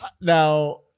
Now